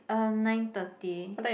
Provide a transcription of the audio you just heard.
uh nine thirty